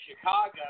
Chicago